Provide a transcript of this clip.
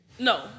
No